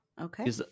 Okay